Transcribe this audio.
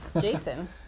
Jason